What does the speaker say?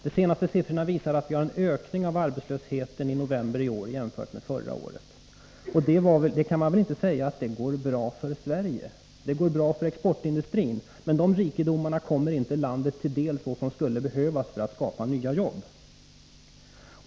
De senaste siffrorna visar att vi hade en ökning av arbetslösheten under november i år jämfört med förra året, och då kan man väl inte påstå att det går bra för Sverige. Det går bra för exportindustrin, men de rikedomarna kommer inte landet till del så som det behövs för att skapa nya jobb.